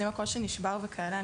אז אם הקול שלי נשבר וכאלה,